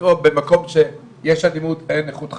במקום שיש אלימות אין איכות חיים.